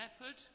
leopard